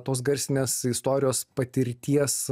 tos garsinės istorijos patirties